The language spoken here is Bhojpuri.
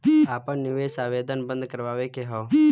आपन निवेश आवेदन बन्द करावे के हौ?